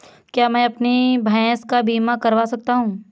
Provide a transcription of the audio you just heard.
क्या मैं अपनी भैंस का बीमा करवा सकता हूँ?